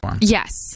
Yes